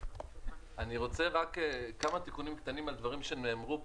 אני רוצה כמה תיקונים קטנים על דברים שנאמרו פה,